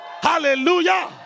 Hallelujah